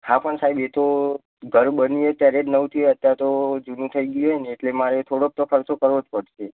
હા પણ સાહેબ એ તો ઘર બની જાય ત્યારે જ નવું થઇ જાય અત્યાર તો જૂનું થઇ ગયું હોય ને એટલે મારે થોડોક તો ખર્ચો કરવો જ પડશે